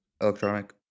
electronic